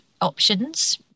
options